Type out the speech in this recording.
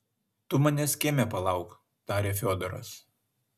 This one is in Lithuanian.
tu manęs kieme palauk tarė fiodoras